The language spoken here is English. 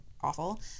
awful